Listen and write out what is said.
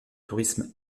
tourisme